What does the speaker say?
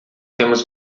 temos